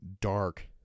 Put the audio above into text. dark